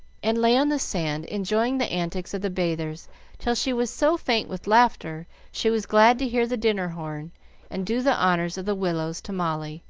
and lay on the sand enjoying the antics of the bathers till she was so faint with laughter she was glad to hear the dinner-horn and do the honors of the willows to molly,